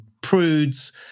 prudes